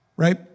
Right